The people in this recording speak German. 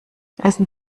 essen